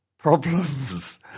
problems